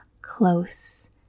close